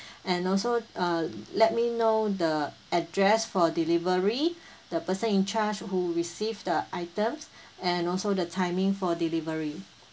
and also uh let me know the address for delivery the person in charge who received the items and also the timing for delivery